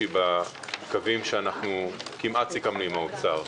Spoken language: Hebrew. שהיא בקווים שכמעט סיכמנו עם האוצר.